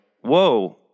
whoa